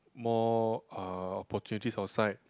more uh opportunities outside